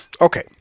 Okay